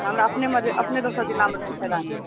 हमरा अपने मधे अपने दोसर जिलामे रहैमे फायदा